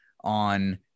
on